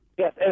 Yes